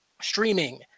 streaming